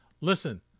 listen